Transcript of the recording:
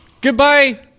Goodbye